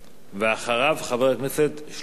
ואחריו, חבר הכנסת שלמה מולה.